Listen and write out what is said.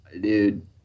Dude